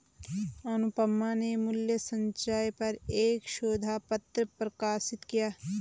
अनुपम ने मूल्य संचय पर एक शोध पत्र प्रकाशित किया